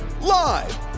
live